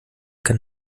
kann